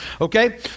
Okay